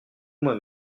moi